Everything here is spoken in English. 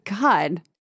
god